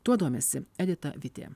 tuo domisi edita vitė